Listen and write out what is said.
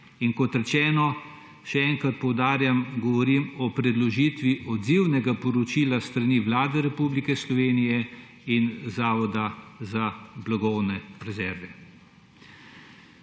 Kot rečeno, še enkrat poudarjam, govorim o predložitvi odzivnega poročila s strani Vlade Republike Slovenije in Zavoda za blagovne rezerve.